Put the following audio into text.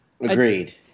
Agreed